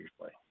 usually